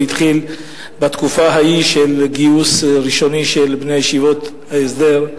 זה התחיל בתקופה ההיא של גיוס ראשוני של בני ישיבות ההסדר.